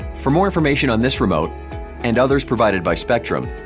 for more information on this remote and others provided by spectrum,